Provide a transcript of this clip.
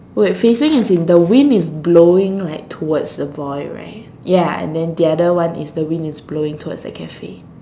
wait facing as in the wind is blowing like towards the boy right ya and then the other one is the wind is blowing towards the cafe